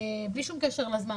בלי שום קשר לזמן,